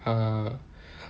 uh